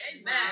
Amen